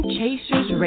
Chasers